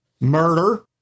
Murder